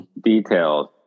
details